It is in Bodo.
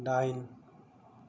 दाइन